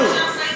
ברור.